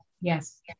Yes